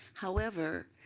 however,